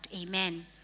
Amen